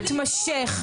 ליווי מתמשך.